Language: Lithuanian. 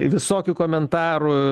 visokių komentarų